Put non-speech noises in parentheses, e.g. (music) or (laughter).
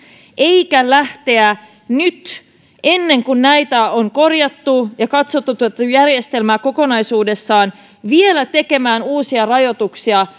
eikä lähteä nyt ennen kuin näitä on korjattu ja katsottu tätä tätä järjestelmää kokonaisuudessaan vielä tekemään uusia rajoituksia (unintelligible)